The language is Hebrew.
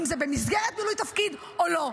אם זה במסגרת מילוי תפקיד או לא.